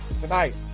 tonight